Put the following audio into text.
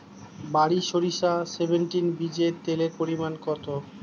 বারি সরিষা সেভেনটিন বীজে তেলের পরিমাণ কত?